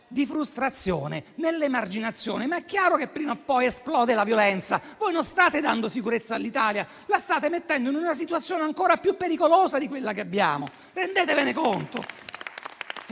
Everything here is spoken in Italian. di frustrazione e nell'emarginazione, è chiaro che prima o poi la violenza esploderà. Non state dando sicurezza all'Italia, la state mettendo in una situazione ancora più pericolosa di quella che abbiamo. Rendetevene conto.